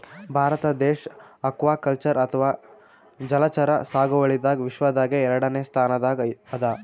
ಭಾರತ ದೇಶ್ ಅಕ್ವಾಕಲ್ಚರ್ ಅಥವಾ ಜಲಚರ ಸಾಗುವಳಿದಾಗ್ ವಿಶ್ವದಾಗೆ ಎರಡನೇ ಸ್ತಾನ್ದಾಗ್ ಅದಾ